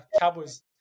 Cowboys